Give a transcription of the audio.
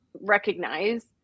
recognize